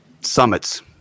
summits